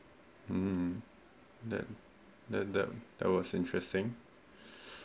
hmm that that that that was interesting